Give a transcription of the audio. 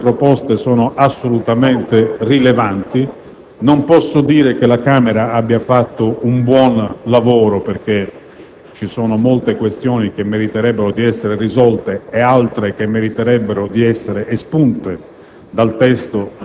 molte delle quali assolutamente rilevanti. Non posso dire che la Camera abbia fatto un buon lavoro, perché ci sono molte questioni che meriterebbero di essere risolte e altre che meriterebbero di essere espunte